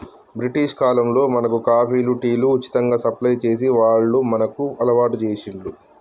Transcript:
British కాలంలో మనకు కాఫీలు, టీలు ఉచితంగా సప్లై చేసి వాళ్లు మనకు అలవాటు చేశిండ్లు